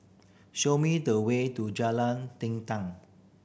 show me the way to Jalan